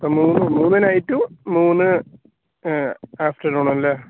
അപ്പം മൂന്നു നൈറ്റും മൂന്ന് ആഫ്റ്റർനൂണുമല്ലെ